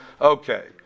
Okay